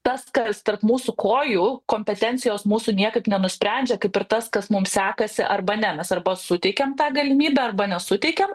tas kas tarp mūsų kojų kompetencijos mūsų niekaip nenusprendžia kaip ir tas kas mums sekasi arba ne mes arba suteikiam tą galimybę arba nesuteikiam